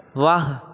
ਵਾਹ